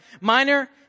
minor